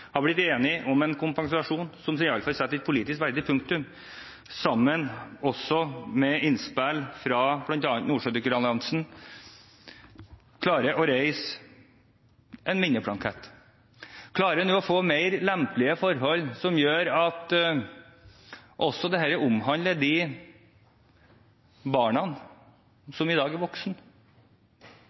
har blitt enig om en kompensasjon, som i alle fall setter et verdig politisk punktum, er jeg også glad for at vi sammen – også med innspill bl.a. fra Nordsjødykkeralliansen – klarer å reise en minneplakett, klarer å få mer lempelige forhold som gjør at dette også omhandler de barna som i dag er